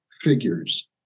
figures